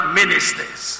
ministers